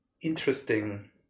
interesting